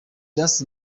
just